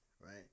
right